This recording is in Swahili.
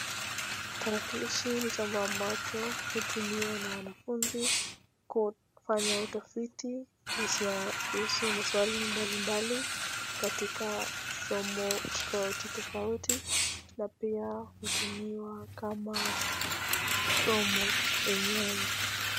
Tarakilishi ni chombo ambacho hutumiwa na wanafunzi kufanya utafiti kuhusu maswali mbalimbali katika somo tofautitofauti na pia hutumiwa kama somo yenyewe.